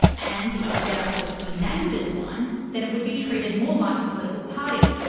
and if getup was to be named as one, then it would be treated more like a political party.